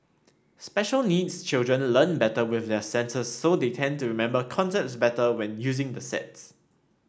special needs children learn better with their senses so they tend to remember concepts better when using the sets